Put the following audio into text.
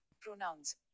pronouns